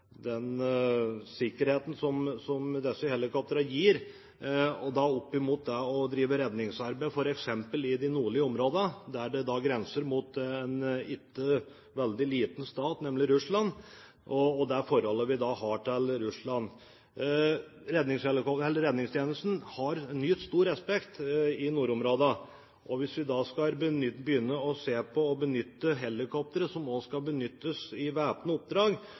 den framtidige driften av helikoptertjenesten, redningstjenesten, der de nye redningshelikoptrene også skal være med og brukes i slike oppdrag. Disse helikoptrene gir en troverdighet og en sikkerhet opp mot det å drive redningsarbeid f.eks. i de nordlige områdene, som grenser mot en ikke veldig liten stat, nemlig Russland. Med tanke på det forholdet vi har til Russland, og at redningstjenesten har nytt stor respekt i nordområdene, er Fremskrittspartiet bekymret for at hvis vi skal begynne å benytte helikoptre som